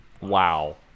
Wow